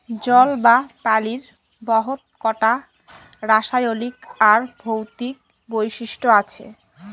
জল বা পালির বহুত কটা রাসায়লিক আর ভৌতিক বৈশিষ্ট আছে